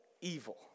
evil